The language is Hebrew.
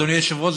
אדוני היושב-ראש,